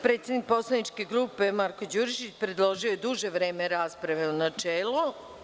Predsednik poslaničke grupe Marko Đurišić, predložio je duže vreme rasprave u načelu.